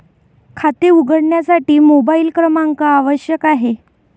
खाते उघडण्यासाठी मोबाइल क्रमांक आवश्यक आहे